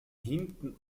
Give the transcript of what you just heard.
hinten